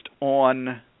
on